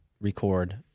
record